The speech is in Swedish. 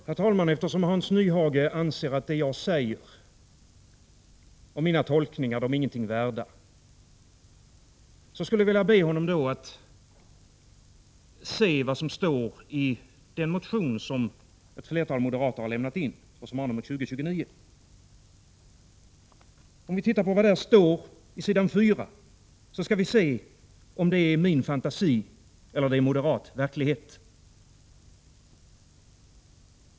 Herr talman! Eftersom Hans Nyhage anser att det jag säger och mina tolkningar ingenting är värda, skulle jag vilja be honom att se efter vad som står i den motion som ett flertal moderater har lämnat in och som har nummer 1983/84:2029. Låt oss titta på vad som står där, på s. 4, och säg sedan om det är min fantasi eller om det är moderat verklighet!